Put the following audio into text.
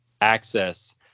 access